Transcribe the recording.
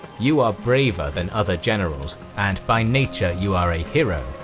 you are braver than other generals, and by nature you are a hero.